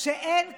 שאין כמוני,